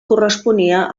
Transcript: corresponia